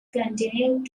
continued